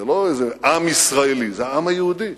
זה לא איזה עם ישראלי, זה העם היהודי.